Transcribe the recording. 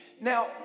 Now